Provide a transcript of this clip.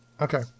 Okay